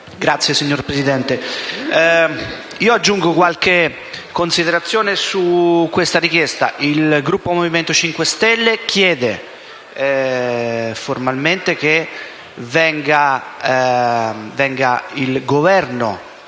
*(M5S)*. Signor Presidente, aggiungo qualche considerazione su questa richiesta. Il Gruppo Movimento 5 Stelle chiede formalmente che il Governo